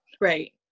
right